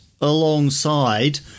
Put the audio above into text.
alongside